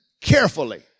carefully